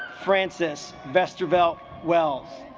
francis westervelt well